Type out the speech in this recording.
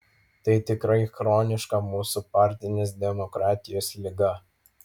tai tikrai chroniška mūsų partinės demokratijos liga